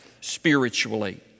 spiritually